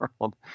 world